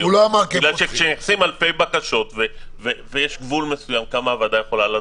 מגיעות אלפי בקשות ויש גבול לכמה הוועדה יכולה לדון,